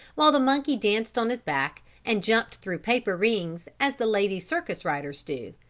while the monkey danced on his back and jumped through paper rings, as the lady circus riders do.